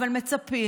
אבל מצפים.